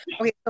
Okay